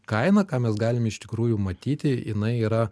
kaina ką mes galim iš tikrųjų matyti jinai yra